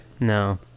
No